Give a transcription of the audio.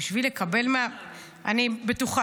--- אני בטוחה.